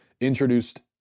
introduced